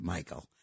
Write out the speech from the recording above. Michael